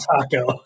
taco